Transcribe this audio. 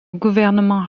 gouvernement